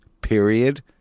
Period